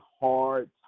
hard